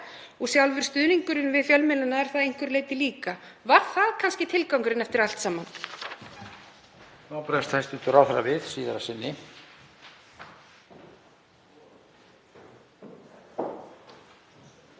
og sjálfur stuðningurinn við fjölmiðlana er það að einhverju leyti líka. Var það kannski tilgangurinn eftir allt saman?